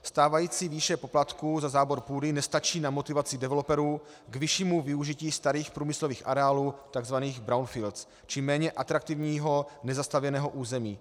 Stávající výše poplatků za zábor půdy nestačí na motivaci developerů k vyššímu využití starých průmyslových areálů, tzv. brownfields, či méně atraktivního nezastavěného území.